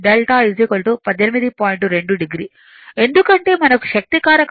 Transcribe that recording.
2 oఎందుకంటే మనకు శక్తి కారకం 0